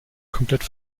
komplett